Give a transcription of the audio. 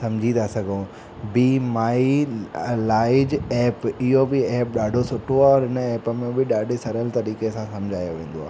सम्झी था सघूं बि माई लाईज ऐप इहो बि ऐप ॾाढो सुठो आहे और इन ऐप में बि ॾाढी सरल तरीक़े सां सम्झायो वेंदो आहे